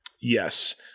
yes